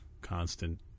constant